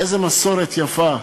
איזו מסורת יפה,